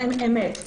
אמת.